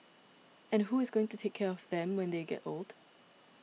and who is going to take care of them when they get old